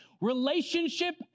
Relationship